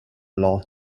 loss